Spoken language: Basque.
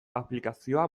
aplikazioa